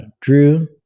Drew